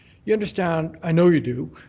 you understand, i know you do,